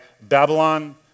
Babylon